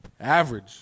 Average